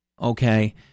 Okay